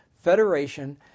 federation